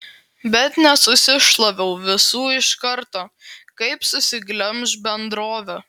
bet nesusišlaviau visų iš karto kaip susiglemš bendrovė